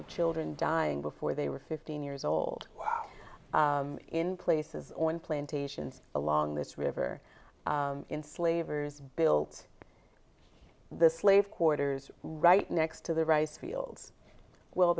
of children dying before they were fifteen years old in places on plantations along this river in slavers built this slave quarters right next to the rice fields well